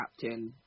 captain